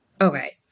Okay